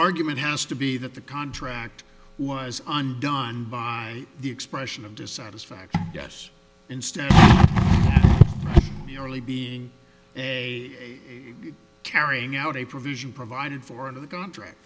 argument has to be that the contract was undone by the expression of dissatisfaction yes instead you're really being a carrying out a provision provided for in the contract